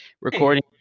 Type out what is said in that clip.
recording